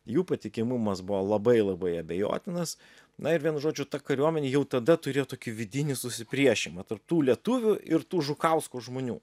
jų patikimumas buvo labai labai abejotinas na ir vienu žodžiu ta kariuomenė jau tada turėjo tokį vidinį susipriešinimą tarp tų lietuvių ir tų žukausko žmonių